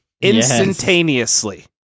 instantaneously